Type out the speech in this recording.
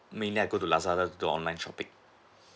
mainly I'll go to Lazada to do online shopping